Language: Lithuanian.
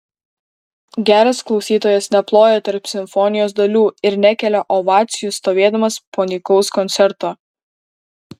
geras klausytojas neploja tarp simfonijos dalių ir nekelia ovacijų stovėdamas po nykaus koncerto